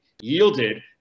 yielded